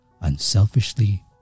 unselfishly